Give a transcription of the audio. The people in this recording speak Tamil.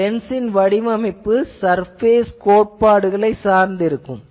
இந்த லென்ஸ் ன் வடிவமைப்பு சர்பேஸ் கோட்பாடுகள் சார்ந்து இருக்கும்